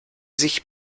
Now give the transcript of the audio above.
sich